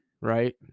right